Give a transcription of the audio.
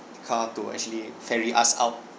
car to actually ferry us out